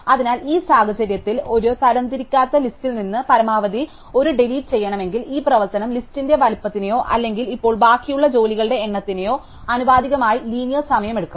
അതിനാൽ ഈ സാഹചര്യത്തിൽ ഒരു തരംതിരിക്കാത്ത ലിസ്റ്റിൽ നിന്ന് പരമാവധി ഒരു ഡിലീറ്റ് ചെയ്യണമെങ്കിൽ ഈ പ്രവർത്തനം ലിസ്റ്റിന്റെ വലുപ്പത്തിനോ അല്ലെങ്കിൽ ഇപ്പോൾ ബാക്കിയുള്ള ജോലികളുടെ എണ്ണത്തിനോ ആനുപാതികമായി ലീനിയർ സമയം എടുക്കും